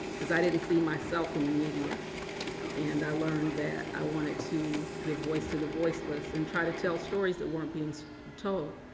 because i didn't see myself in the media and i learned that i wanted to give voice to the voiceless and try to tell stories that weren't being told.